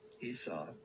Esau